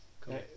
cool